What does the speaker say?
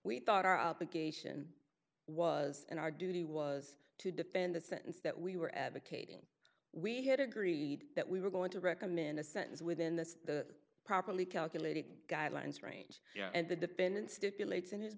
we thought our obligation was and our duty was to defend the sentence that we were advocating we had agreed that we were going to recommend a sentence within the properly calculating guidelines range and the defendant stipulates in his